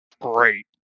great